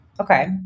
Okay